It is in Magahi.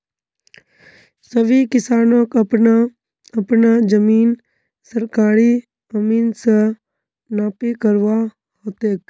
सभी किसानक अपना अपना जमीन सरकारी अमीन स नापी करवा ह तेक